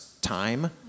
time